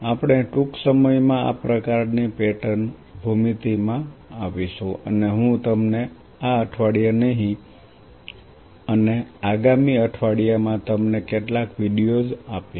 આપણે ટૂંક સમયમાં આ પ્રકારની પેટર્ન ભૂમિતિમાં આવીશું અને હું તમને આ અઠવાડિયે નહીં અને આગામી અઠવાડિયા માં તમને કેટલાક વિડિઓઝ આપીશ